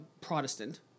Protestant